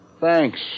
Thanks